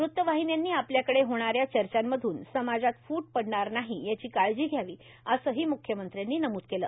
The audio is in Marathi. वृत्तवाहिन्यांनी आपल्याकडे होणाऱ्या चर्चामधून समाजात फूट पडणार नाही याची काळजी घ्यावी असंही मृख्यमंत्र्यांनी नमूद केलं